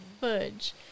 fudge